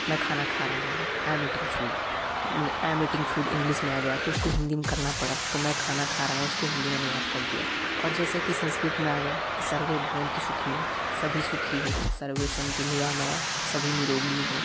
मैं खाना खा रहा हूँ आय एम ईटिंग फुड मने I am eating food English में आ गया तो उसको हिंदी में करना पड़ा तो मैं खाना खा रहा हूँ उसको हिंदी में अनुवाद कर दिया और जैसे कि संस्कृत में आ गया कि सर्वे भवंतु सुखिनः सभी सुखी हो सर्वे संतु निरामया सभी निरोगी हो